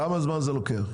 כמה זמן זה לוקח?